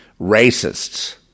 racists